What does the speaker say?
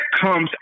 comes